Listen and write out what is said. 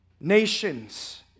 Nations